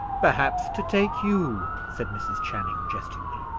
perhaps to take you, said mrs. channing, jestingly.